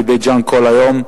לבית-ג'ן כל היום,